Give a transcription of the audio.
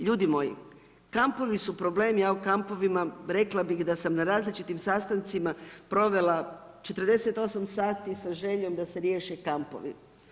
Ljudi moji, kampovi su problem, ja o kampovima rekla bi da sam na različitih sa sastancima provela 48 sati s željom da se riješe kampovi.